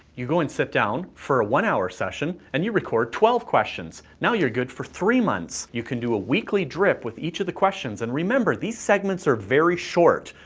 you go and sit down, for a one-hour session, and you record twelve questions. now you're good for three months. you an do a weekly drip with each of the questions and remember, these segments are very short.